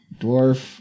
Dwarf